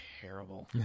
terrible